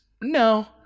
No